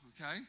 okay